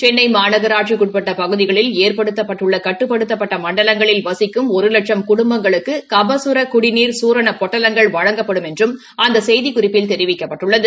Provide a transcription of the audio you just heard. சென்னை மாநகராட்சிக்கு உட்பட்ட பகுதிகளில் ஏற்படுத்தப்பட்டுள்ள கட்டுப்படுத்தப்பட்ட மண்டலங்களில் வசிக்கும் ஒரு லட்சும் குடும்பங்களுக்கு கபகர குடிநீர் சூரணப் பொட்டலங்கள் வழங்கப்படும் என்று அந்த செய்திக்குறிப்பில் தெரிவிக்கப்பட்டுள்ளது